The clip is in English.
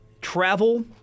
travel